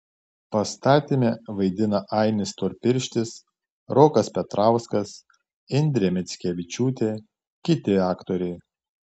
pastatyme vaidina ainis storpirštis rokas petrauskas indrė mickevičiūtė kiti aktoriai